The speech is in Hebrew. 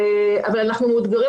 אבל אנחנו מאותגרים,